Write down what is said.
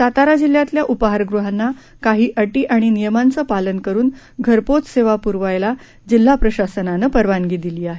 सातारा जिल्ह्यातल्या उपाहारगृहांना काही अटी आणि नियमांचं पालन करून घरपोच सेवा पूरवायला जिल्हा प्रशासनानं परवानगी दिली आहे